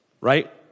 right